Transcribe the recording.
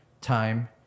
time